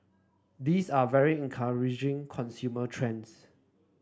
these are very encouraging consumer trends